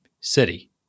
city